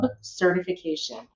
certification